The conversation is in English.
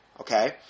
okay